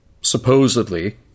supposedly